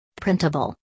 Printable